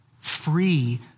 Free